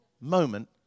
moment